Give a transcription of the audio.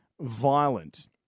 violent